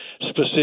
specific